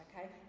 okay